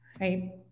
Right